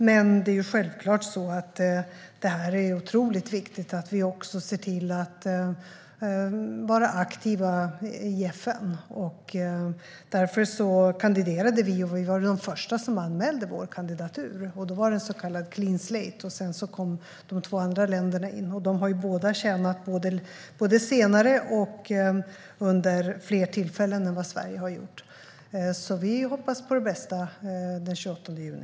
Men det är självklart otroligt viktigt att vi också är aktiva i FN. Därför kandiderade vi. Vi var de första som anmälde kandidatur. Då var det en så kallad clean slate. Sedan kom de två andra länderna in. De har båda suttit i säkerhetsrådet både senare och vid fler tillfällen än vad Sverige har gjort. Vi hoppas på det bästa den 28 juni.